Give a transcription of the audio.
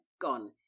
gone